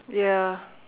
ya